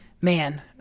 man